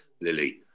Lily